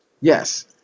Yes